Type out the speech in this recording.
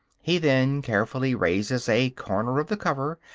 he then carefully raises a corner of the cover,